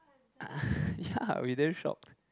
ya we damn shocked